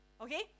Okay